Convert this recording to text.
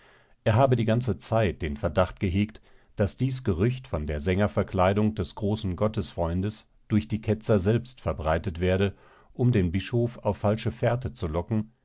er habe die ganze zeit den verdacht gehegt daß dies gerücht von der sängerverkleidung des großen gottesfreundes durch die ketzer selbst verbreitet werde um den bischof auf falsche fährte zu locken